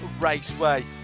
Raceway